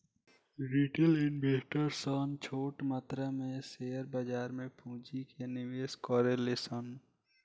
retail investor सन छोट मात्रा में शेयर बाजार में पूंजी के निवेश करेले सन